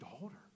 daughter